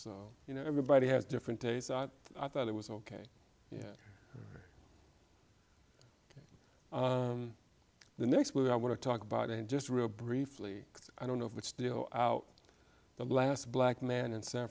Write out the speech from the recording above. so you know everybody has different tastes i thought it was ok yeah the next movie i want to talk about and just real briefly i don't know if it's still out the last black man in san